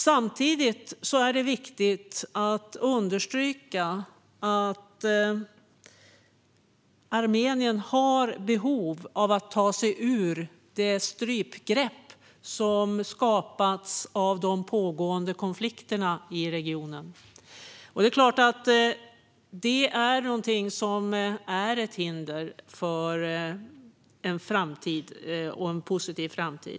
Samtidigt är det viktigt att understryka att Armenien har behov av att ta sig ur det strypgrepp som skapats av de pågående konflikterna i regionen. Det är klart att detta är ett hinder för en positiv framtid.